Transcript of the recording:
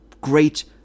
great